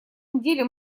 недели